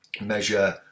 measure